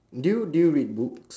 do you do you read books